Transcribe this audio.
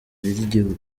ry’igihugu